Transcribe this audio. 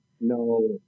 No